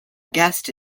guest